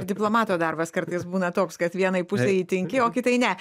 diplomato darbas kartais būna toks kad vienai pusei įtinki o kitai ne